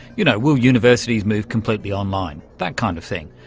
you know, will universities move completely online, that kind of thing.